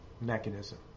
mechanism